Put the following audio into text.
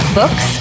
Books